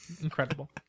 Incredible